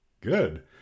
Good